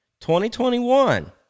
2021